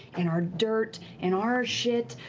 and our dirt, and our shit.